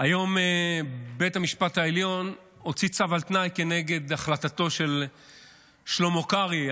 היום בית המשפט העליון הוציא צו על תנאי כנגד החלטתו של שלמה קרעי,